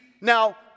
now